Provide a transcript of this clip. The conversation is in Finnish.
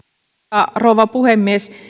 arvoisa rouva puhemies